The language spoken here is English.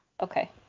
Okay